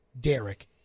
Derek